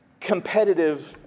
competitive